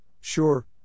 Sure